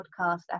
podcast